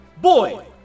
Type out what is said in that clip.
boy